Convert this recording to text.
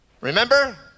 Remember